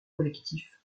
collectif